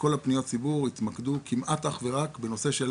כל פניות הציבור התמקדו כמעט אך ורק בנושא של